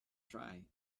try